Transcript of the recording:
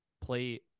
play